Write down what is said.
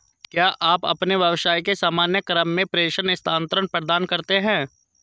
क्या आप अपने व्यवसाय के सामान्य क्रम में प्रेषण स्थानान्तरण प्रदान करते हैं?